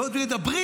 ועוד מדברים,